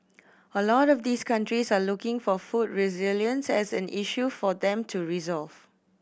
a lot of these countries are looking for food resilience as an issue for them to resolve